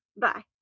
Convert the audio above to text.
Bye